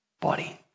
body